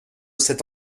cet